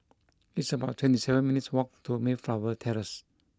it's about twenty seven minutes' walk to Mayflower Terrace